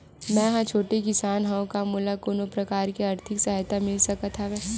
मै ह छोटे किसान हंव का मोला कोनो प्रकार के आर्थिक सहायता मिल सकत हवय?